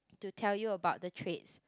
to tell you about the traits